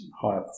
higher